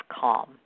calm